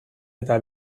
eta